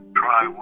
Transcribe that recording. try